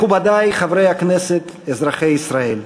מכובדי חברי הכנסת, אזרחי ישראל,